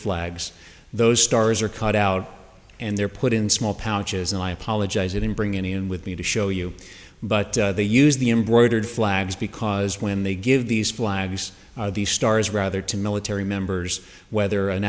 flags those stars are cut out and they're put in small pouches and i apologize and bring anyone with me to show you but they use the embroidered flags because when they give these flags these stars rather to military members whether an